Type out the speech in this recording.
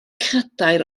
cadair